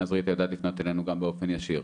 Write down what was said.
אז ריטה יודעת לפנות אלינו גם באופן ישיר,